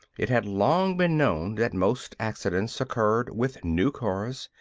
it had long been known that most accidents occurred with new cars,